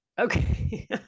okay